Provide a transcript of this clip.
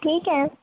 ٹھیک ہے